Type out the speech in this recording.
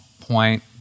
point